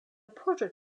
portrait